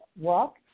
Walk